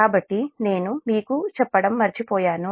కాబట్టి నేను మీకు చెప్పడం మర్చిపోయాను